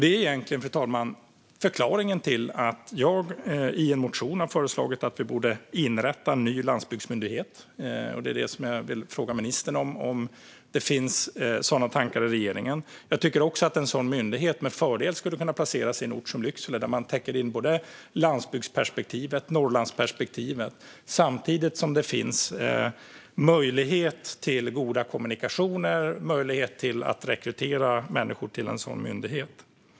Det är egentligen förklaringen till att jag i en motion har föreslagit att vi inrättar en ny landsbygdsmyndighet. Det är det jag vill fråga ministern om. Finns det sådana tankar i regeringen? Jag tycker också att en sådan myndighet med fördel skulle kunna placeras i en ort som Lycksele, där man täcker in både landsbygdsperspektivet och Norrlandsperspektivet samtidigt som det finns möjlighet till goda kommunikationer och möjlighet att rekrytera människor till en sådan myndighet.